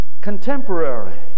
contemporary